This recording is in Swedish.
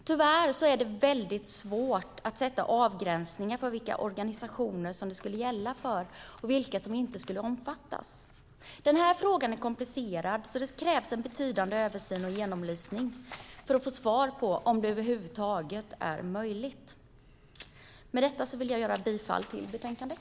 Det är tyvärr svårt att göra avgränsningar för vilka organisationer det skulle gälla och vilka som inte skulle omfattas. Frågan är komplicerad, så det krävs en betydande översyn och genomlysning för att få svar på om det över huvud taget är möjligt. Med detta yrkar jag bifall till förslaget i betänkandet.